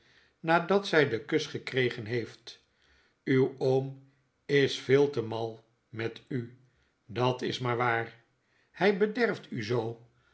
nadat zy den kus gekregen heeft uw oom is veel te mal met u dat is maar waar hij bederft u zoo